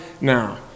now